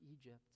Egypt